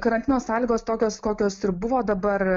karantino sąlygos tokios kokios ir buvo dabar